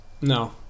No